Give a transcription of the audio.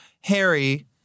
Harry